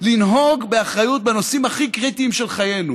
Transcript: לנהוג באחריות בנושאים הכי קריטיים של חיינו.